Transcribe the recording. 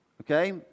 Okay